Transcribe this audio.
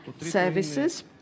services